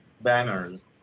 banners